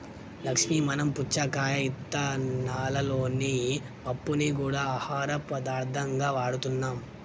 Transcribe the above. లక్ష్మీ మనం పుచ్చకాయ ఇత్తనాలలోని పప్పుని గూడా ఆహార పదార్థంగా వాడుతున్నాం